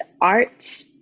art